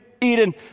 Eden